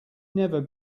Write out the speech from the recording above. never